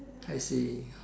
I see